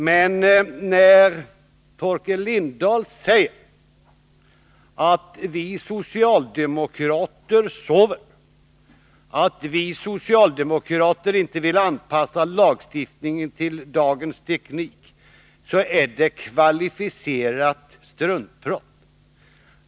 Men det Torkel Lindahl säger om att vi socialdemokrater sover, att vi inte vill anpassa lagstiftningen till dagens teknik, är kvalificerat struntprat.